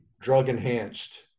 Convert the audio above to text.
drug-enhanced